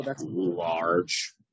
large